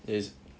is